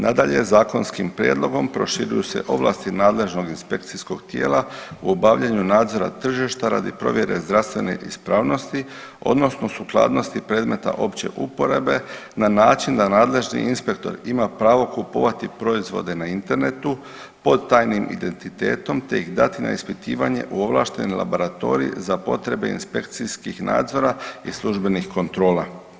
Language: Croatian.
Nadalje, zakonskim prijedlogom proširuju se ovlasti nadležnog inspekcijskog tijela u obavljanju nadzora tržišta radi provjere zdravstvene ispravnosti odnosno sukladnosti predmeta opće uporabe na način da nadležni inspektor ima pravo kupovati proizvode na internetu pod tajnim identitetom, te ih dati na ispitivanje u ovlašteni laboratorij za potrebe inspekcijskih nadzora i službenih kontrola.